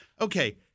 okay